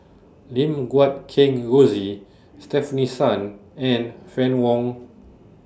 Lim Guat Kheng Rosie Stefanie Sun and Fann Wong